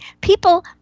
People